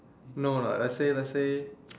no uh let's say let's say